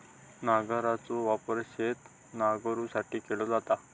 नांगराचो वापर शेत नांगरुसाठी केलो जाता